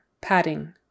Padding